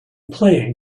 playing